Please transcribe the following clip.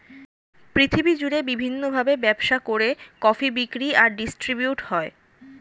পৃথিবী জুড়ে বিভিন্ন ভাবে ব্যবসা করে কফি বিক্রি আর ডিস্ট্রিবিউট হয়